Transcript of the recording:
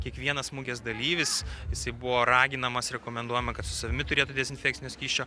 kiekvienas mugės dalyvis jisai buvo raginamas rekomenduojama kad su savimi turėti dezinfekcinio skysčio